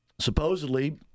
Supposedly